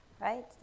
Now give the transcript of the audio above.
right